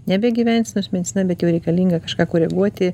nebe gyvensenos medicina bet jau reikalinga kažką koreguoti